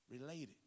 related